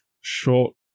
short